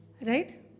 Right